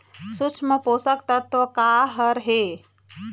सूक्ष्म पोषक तत्व का हर हे?